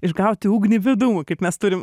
išgauti ugnį viduj kaip mes turim